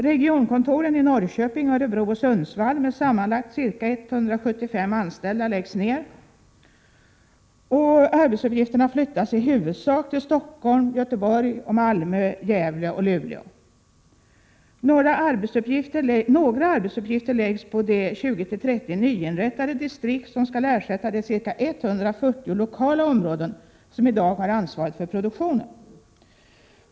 Regionkontoren i Norrköping, Örebro och Sundsvall med sammanlagt ca 175 anställda läggs ned, och arbetsuppgifterna flyttas i huvudsak till Stockholm, Göteborg, Malmö, Gävle och Luleå. Några arbetsuppgifter läggs på de 20-30 nyinrättade distrikt, som skall ersätta de ca 140 lokala områden som i dag har ansvaret för produktionen.